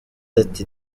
ati